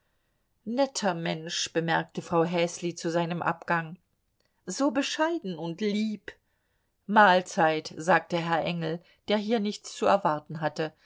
netter mensch bemerkte frau häsli zu seinem abgang so bescheiden und lieb mahlzeit sagte herr engel der hier nichts zu erwarten hatte